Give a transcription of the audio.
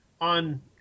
on